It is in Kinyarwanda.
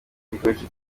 igikoresho